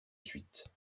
suite